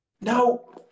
No